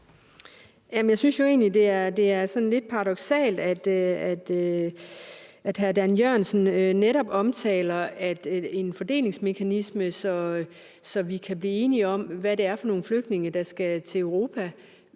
jeg synes egentlig, det er sådan lidt paradoksalt, at hr. Dan Jørgensen netop omtaler en fordelingsmekanisme, så vi kan blive enige om, hvad det er for nogle flygtninge, der skal til Europa,